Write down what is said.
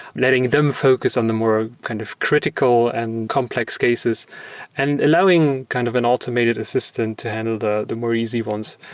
letting them focus on the more kind of critical and complex cases and allowing kind of an automated assistant to handle the the more easy ones.